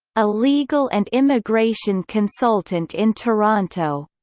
a legal and immigration consultant in toronto.